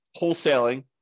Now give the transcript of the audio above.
wholesaling